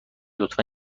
لطفا